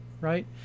right